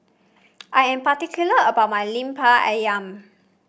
I am particular about my Lemper ayam